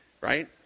Right